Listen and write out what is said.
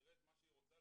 תראה את מה שהיא רוצה.